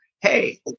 hey